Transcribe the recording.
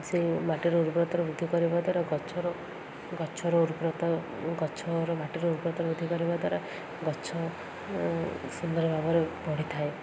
ସେଇ ମାଟିର ଉର୍ବରତର ବୃଦ୍ଧି କରିବା ଦ୍ୱାରା ଗଛର ଗଛର ଉର୍ବରତା ଗଛର ମାଟିର ଉର୍ବରତା ବୃଦ୍ଧି କରିବା ଦ୍ୱାରା ଗଛ ସୁନ୍ଦର ଭାବରେ ବଢ଼ି ଥାଏ